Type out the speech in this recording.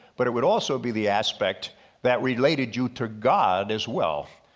but it would also be the aspect that related you to god as well.